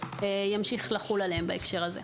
ימשיך לחול עליהם בהקשר הזה.